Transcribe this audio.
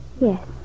Yes